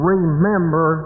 Remember